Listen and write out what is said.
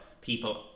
people